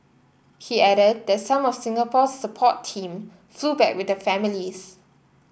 he added that some of Singapore's support team flew back with the families